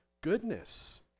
Goodness